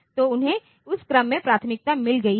तो उन्हें उस क्रम में प्राथमिकताएं मिल गई हैं